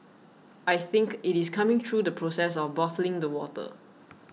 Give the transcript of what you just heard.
I think it is coming through the process of bottling the water